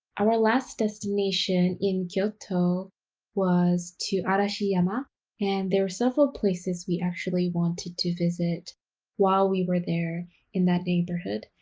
our last destination in kyoto was to arashiyama and there were several places we actually wanted to visit while we were there in that neighborhood.